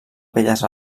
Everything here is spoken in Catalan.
belles